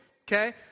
okay